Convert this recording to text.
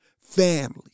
Family